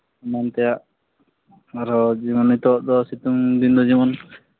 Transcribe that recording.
ᱮᱢᱟᱱ ᱛᱮᱭᱟᱜ ᱟᱨᱦᱚᱸ ᱱᱤᱛᱚᱜ ᱫᱚ ᱥᱤᱛᱩᱝ ᱫᱤᱱ ᱫᱚ ᱡᱮᱢᱚᱱ